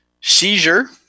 seizure